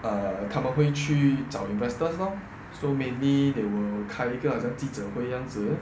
err 他们会去找 investors lor so mainly they will 开一个好像记者会样子